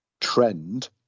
trend